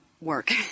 work